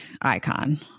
icon